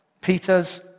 Peter's